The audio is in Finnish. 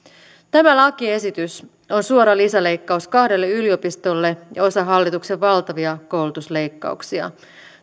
tämä lakiesitys on suora lisäleikkaus kahdelle yliopistolle ja osa hallituksen valtavia koulutusleikkauksia